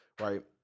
Right